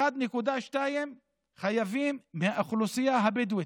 1.2 חייבים מהאוכלוסייה הבדואית.